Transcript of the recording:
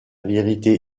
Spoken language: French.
vérité